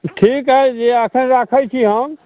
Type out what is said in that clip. ठीक हय जे एखन राखैत छी हम